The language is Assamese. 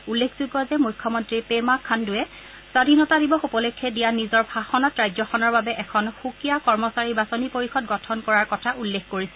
উল্লেখযোগ্য যে মুখ্যমন্ত্ৰী পেমা খাণ্ডৱে স্বাধীনতা দিৱস উপলক্ষে দিয়া নিজৰ ভাষণত ৰাজ্যখনৰ বাবে এখন সুকীয়া কৰ্মচাৰী বাচনি পৰিষদ গঠন কৰাৰ কথা উল্লেখ কৰিছিল